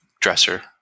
dresser